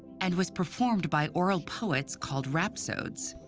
and was performed by oral poets called rhapsodes.